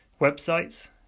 websites